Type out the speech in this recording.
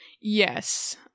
yes